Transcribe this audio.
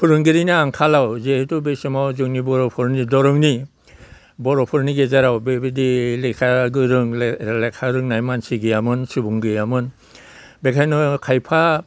फोरोंगिरिनि आंखालाव जिहेतु बे समाव जोंनि बर'फोरनि दरंनि बर'फोरनि गेजेराव बेबायदि लेखा गोरों लेखा रोंनाय मानसि गैयामोन सुबुं गैयामोन बेनिखायनो खायफा